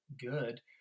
good